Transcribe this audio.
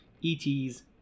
E.T.'s